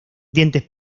dientes